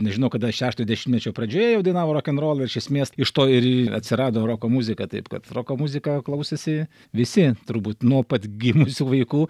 nežinau kada šeštojo dešimtmečio pradžioje jau dainavo rokenrolą iš esmės iš to ir atsirado roko muzika taip kad roko muziką klausėsi visi turbūt nuo pat gimusių vaikų